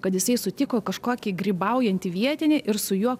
kad jisai sutiko kažkokį grybaujantį vietinį ir su juo